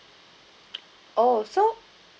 oh so